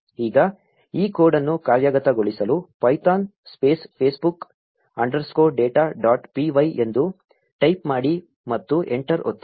ಈಗ ಈ ಕೋಡ್ ಅನ್ನು ಕಾರ್ಯಗತಗೊಳಿಸಲು Python space Facebook underscore data dot p y ಎಂದು ಟೈಪ್ ಮಾಡಿ ಮತ್ತು ಎಂಟರ್ ಒತ್ತಿರಿ